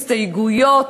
הסתייגויות,